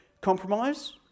compromise